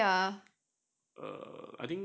then how much we paid ah